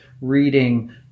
reading